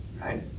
right